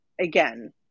Again